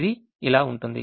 ఇది ఇలా ఉంటుంది